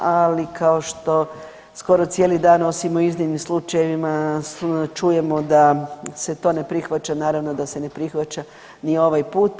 Ali kao što skoro cijeli dan osim u iznimnim slučajevima čujemo da se to ne prihvaća naravno da se ne prihvaća ni ovaj puta.